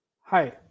Hi